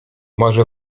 może